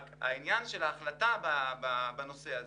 העניין של ההחלטה בנושא הזה,